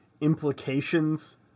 implications